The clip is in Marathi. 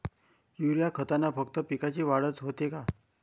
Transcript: युरीया खतानं फक्त पिकाची वाढच होते का?